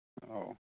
औ